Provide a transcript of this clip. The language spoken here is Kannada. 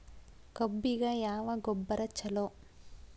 ಕಬ್ಬಿಗ ಯಾವ ಗೊಬ್ಬರ ಛಲೋ?